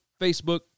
Facebook